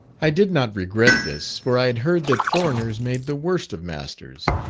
i did not regret this, for i had heard that foreigners made the worst of masters,